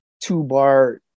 two-bar